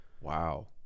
Wow